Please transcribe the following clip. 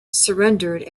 surrendered